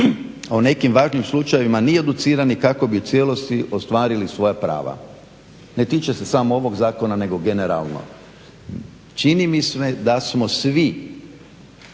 o nekim važnim slučajevima ni educirani kako bi u cijelosti ostvarili svoja prava. Ne tiče se samo ovog zakona nego generalno. Čini mi se da smo svi